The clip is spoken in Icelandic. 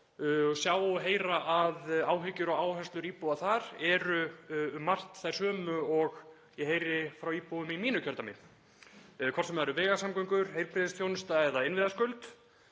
og sjá og heyra að áhyggjur og áherslur íbúa þar eru um margt þær sömu og ég heyri frá íbúum í mínu kjördæmi, hvort sem það eru vegasamgöngur, heilbrigðisþjónusta eða innviðaskuld.